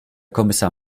kommissar